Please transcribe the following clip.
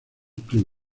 club